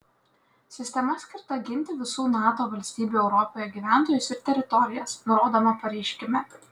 sistema skirta ginti visų nato valstybių europoje gyventojus ir teritorijas nurodoma pareiškime